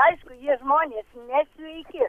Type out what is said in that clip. aišku jie žmonės nesveiki